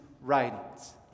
writings